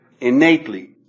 innately